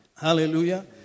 Hallelujah